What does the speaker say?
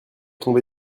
tombé